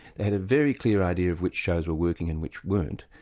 they had a very clear idea of which shows were working and which weren't,